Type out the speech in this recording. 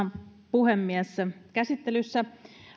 puhemies käsittelyssä